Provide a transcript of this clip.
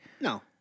No